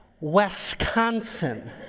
Wisconsin